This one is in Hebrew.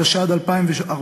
התשע"ד 2014,